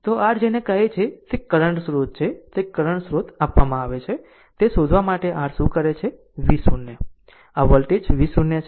તો r જેને આ કહે છે તે કરંટ સ્રોત છે કરંટ સ્રોત આપવામાં આવે છે તે શોધવા માટે r શું કરે છે v0 આ વોલ્ટેજ v0 છે